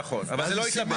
נכון, אבל זה לא התלבן.